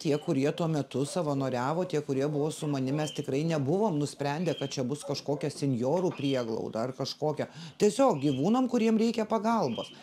tie kurie tuo metu savanoriavo tie kurie buvo su manimi mes tikrai nebuvom nusprendę kad čia bus kažkokia senjorų prieglauda ar kažkokia tiesiog gyvūnam kuriem reikia pagalbos